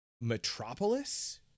Metropolis